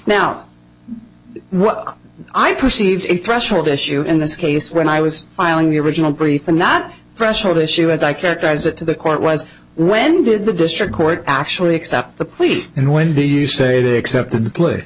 now what i perceived a threshold issue in this case when i was filing the original brief and not pressured issue as i characterize it to the court was when did the district court actually accept the plea and when do you say they accepted the pl